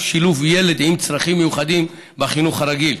שילוב ילד עם צרכים מיוחדים בחינוך הרגיל.